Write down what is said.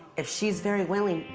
if she's very willing,